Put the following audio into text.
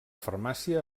farmàcia